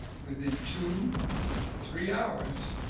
within two or three hours,